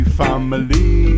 family